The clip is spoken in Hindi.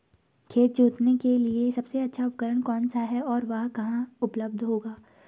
खेत जोतने के लिए सबसे अच्छा उपकरण कौन सा है और वह कहाँ उपलब्ध होगा?